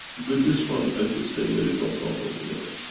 with this one if you stay there is no problem, yeah.